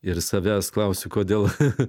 ir savęs klausiu kodėl